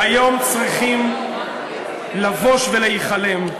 היום צריכים לבוש ולהיכלם,